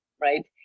right